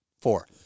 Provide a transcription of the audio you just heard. Four